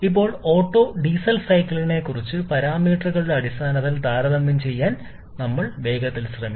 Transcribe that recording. ഇപ്പോൾ auto diesel സൈക്കിളിനെ കുറച്ച് പാരാമീറ്ററുകളുടെ അടിസ്ഥാനത്തിൽ താരതമ്യം ചെയ്യാൻ ഞങ്ങൾ വേഗത്തിൽ ശ്രമിക്കും